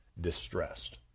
distressed